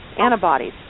antibodies